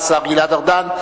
השר גלעד ארדן,